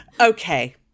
Okay